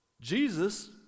Jesus